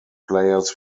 players